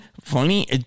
funny